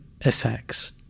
Effects